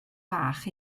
fach